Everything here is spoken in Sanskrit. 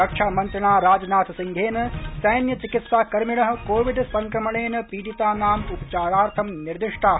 रक्षामन्त्रिणा राजनाथ सिंहेन सैन्य चिकित्साकर्मिणः कोविड संक्रमणेन पीडितानाम् उपचारार्थं निर्दिष्टाः